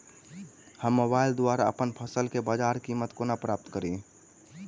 हम मोबाइल द्वारा अप्पन फसल केँ बजार कीमत कोना प्राप्त कड़ी?